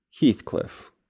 Heathcliff